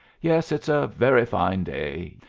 yes, it's a very fine day.